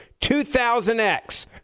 2000X